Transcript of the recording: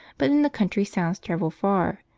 but in the country sounds travel far,